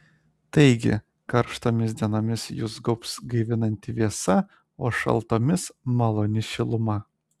taigi karštomis dienomis jus gaubs gaivinanti vėsa o šaltomis maloni šiluma